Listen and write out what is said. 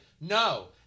no